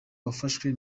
yafashwe